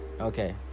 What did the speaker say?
Okay